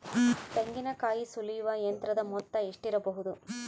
ತೆಂಗಿನಕಾಯಿ ಸುಲಿಯುವ ಯಂತ್ರದ ಮೊತ್ತ ಎಷ್ಟಿರಬಹುದು?